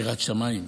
יראת שמיים,